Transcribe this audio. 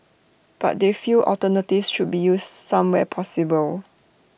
but they feel alternatives should be used some where possible